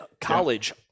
college